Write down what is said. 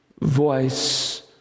voice